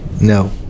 No